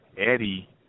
Eddie